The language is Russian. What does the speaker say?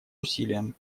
усилиям